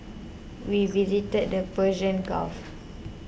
we visited the Persian Gulf